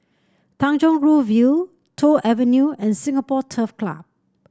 Tanjong Rhu View Toh Avenue and Singapore Turf Club